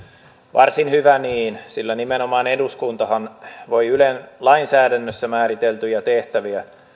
varsin hyvä niin sillä nimenomaan eduskuntahan voi ylen lainsäädännössä määriteltyjä tehtäviä